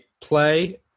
play